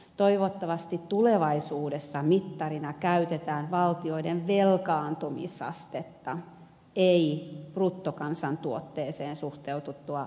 toivottavasti tulevaisuudessa mittarina käytetään valtioiden velkaantumisastetta ei bruttokansantuotteeseen suhteutettua velkaa